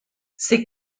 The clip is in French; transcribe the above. ces